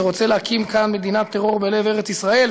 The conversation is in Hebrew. שרוצה להקים כאן מדינת טרור בלב ארץ-ישראל,